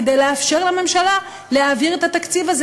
כדי לאפשר לממשלה להעביר את התקציב הזה